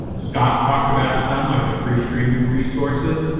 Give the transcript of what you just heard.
scott talked about some like the free streaming resources,